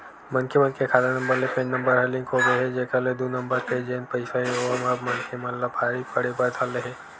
मनखे मन के खाता नंबर ले पेन नंबर ह लिंक होगे हे जेखर ले दू नंबर के जेन पइसा हे ओहा अब मनखे मन ला भारी पड़े बर धर ले हे